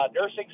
nursing